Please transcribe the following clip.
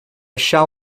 shall